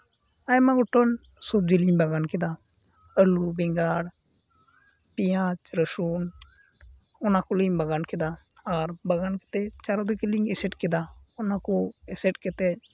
ᱟᱭᱢᱟ ᱜᱚᱴᱮᱱ ᱥᱚᱵᱽᱡᱤ ᱞᱤᱧ ᱵᱟᱜᱟᱱ ᱠᱮᱫᱟ ᱟᱹᱞᱩ ᱵᱮᱸᱜᱟᱲ ᱯᱮᱸᱭᱟᱡᱽ ᱨᱟᱹᱥᱩᱱ ᱚᱱᱟ ᱠᱚᱞᱤᱧ ᱵᱟᱜᱟᱱ ᱠᱮᱫᱟ ᱟᱨ ᱵᱟᱜᱟᱱ ᱠᱟᱛᱮᱫ ᱪᱟᱨᱤᱫᱤᱠᱮ ᱞᱤᱧ ᱮᱥᱮᱫ ᱠᱮᱫᱟ ᱚᱱᱟ ᱠᱚ ᱮᱥᱮᱫ ᱠᱟᱛᱮᱫ